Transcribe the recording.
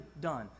done